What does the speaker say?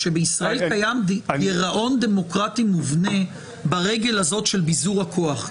הכוונה שבישראל קיים גירעון דמוקרטי מובנה ברגל הזאת של ביזור הכוח.